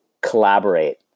collaborate